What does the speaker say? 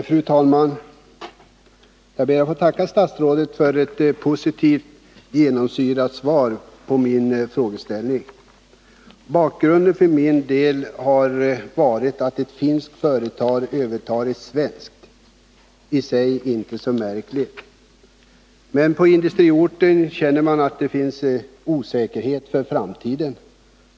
Fru talman! Jag ber att få tacka statsrådet för ett positivt svar på min fråga. Bakgrunden till min fråga har varit att ett finskt företag övertar ett svenskt — det är i och för sig inte så märkligt. Men på industriorten känner man osäkerhet inför framtiden.